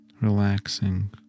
Relaxing